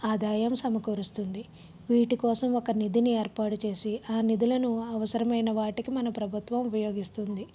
ఆదాయం సమకూరుస్తుంది వీటి కోసం ఒక నిధిని ఏర్పాటు చేసి ఆ నిధులను అవసరమైన వాటికి మన ప్రభుత్వం ఉపయోగిస్తుంది